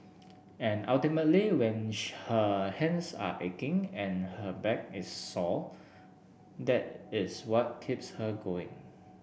and ultimately when hands are aching and her back is sore that is what keeps her going